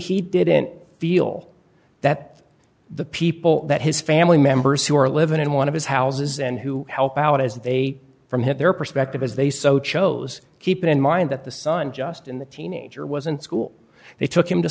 he didn't feel that the people that his family members who were living in one of his houses and who help out as they from had their perspective as they so chose keep in mind that the son just in the teenager was in school they took him to